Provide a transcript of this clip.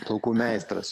plaukų meistras